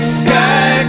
sky